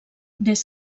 des